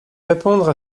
répondre